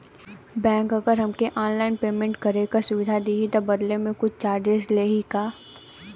Bank अगर हमके online payment करे के सुविधा देही त बदले में कुछ चार्जेस लेही का?